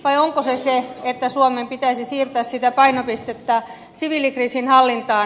vai onko se se että suomen pitäisi siirtää sitä painopistettä siviilikriisinhallintaan